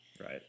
Right